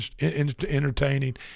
entertaining